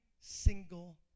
single